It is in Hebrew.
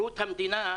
מאיר.